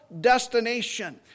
destination